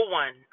one